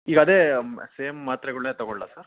ಈಗದೇ same ಮಾತ್ರೆಗಳ್ನೆ ತೊಗೊಳ್ಲಾ sir